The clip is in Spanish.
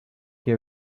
que